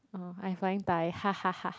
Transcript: oh I'm flying Thai